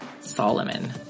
Solomon